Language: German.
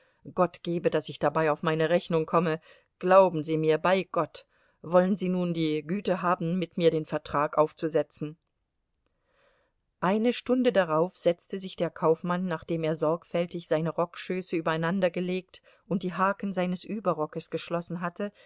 gott gebe daß ich dabei auf meine rechnung komme glauben sie mir bei gott wollen sie nun die güte haben mit mir den vertrag aufzusetzen eine stunde darauf setzte sich der kaufmann nach dem er sorgfältig seine rockschöße übereinandergelegt und die haken seines überrockes geschlossen hatte